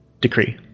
decree